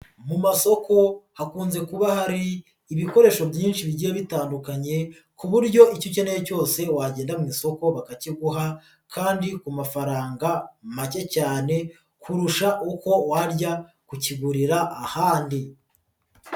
Mu masoko hakunze kuba hari ibikoresho byinshi bigiye bitandukanye, ku buryo icyo ukeneye cyose wagenda mu isoko bakakiguha kandi ku mafaranga make cyane, kurusha uko wajya kukigurira ahandi.